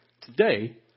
Today